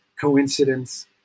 coincidence